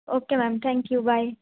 okay ma'am thank you bye